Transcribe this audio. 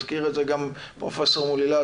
הזכיר את זה גם פרופ' מולי להד,